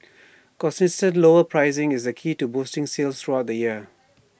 consistent lower pricing is key to boosting sales throughout the year